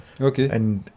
Okay